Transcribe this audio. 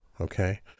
Okay